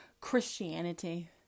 Christianity